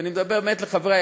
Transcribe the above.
ואני מדבר לחברי,